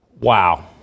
Wow